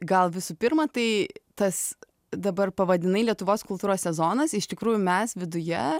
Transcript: gal visų pirma tai tas dabar pavadinai lietuvos kultūros sezonas iš tikrųjų mes viduje